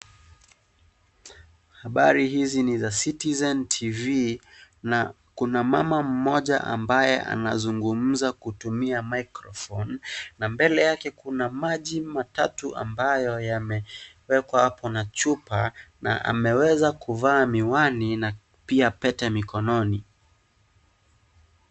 Habari hizi ni za Citizen tv, na kuna mama mmoja ambaye anazungumza kutumia microphone , na mbele yake kuna maji matatu ambayo yamewekwa hapo na chupa, na ameweza kuvaa miwani, na pia pete mikononi.